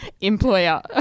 Employer